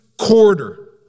quarter